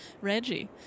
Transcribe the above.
Reggie